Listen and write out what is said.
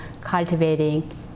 cultivating